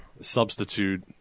substitute